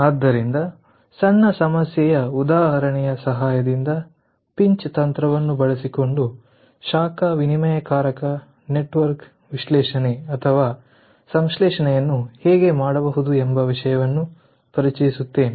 ಆದ್ದರಿಂದ ಸಣ್ಣ ಸಮಸ್ಯೆಯ ಉದಾಹರಣೆ ಸಹಾಯದಿಂದ ಪಿಂಚ್ ತಂತ್ರವನ್ನು ಬಳಸಿಕೊಂಡು ಶಾಖ ವಿನಿಮಯಕಾರಕ ನೆಟ್ವರ್ಕ್ ವಿಶ್ಲೇಷಣೆ ಅಥವಾ ಸಂಶ್ಲೇಷಣೆಯನ್ನು ಹೇಗೆ ಮಾಡಬಹುದು ಎಂಬ ವಿಷಯವನ್ನು ಪರಿಚಯಿಸುತ್ತೇನೆ